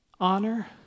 honor